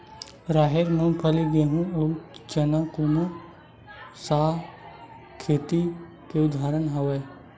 राहेर, मूंगफली, गेहूं, अउ चना कोन सा खेती के उदाहरण आवे?